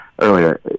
earlier